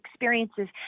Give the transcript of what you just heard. experiences